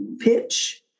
pitch